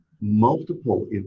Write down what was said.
multiple